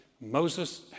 Moses